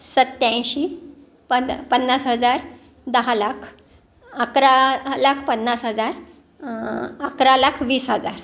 सत्त्याऐंशी पन पन्नास हजार दहा लाख अकरा लाख पन्नास हजार अकरा लाख वीस हजार